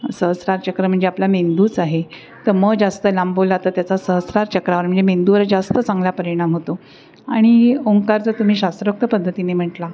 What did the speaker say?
सहस्रार चक्र म्हणजे आपला मेंदूच आहे तर मग जास्त लांबवला तर त्याचा सहस्रार चक्रावर म्हणजे मेंदूवर जास्त चांगला परिणाम होतो आणि ओंकार जर तुम्ही शास्त्रोक्त पद्धतीने म्हटला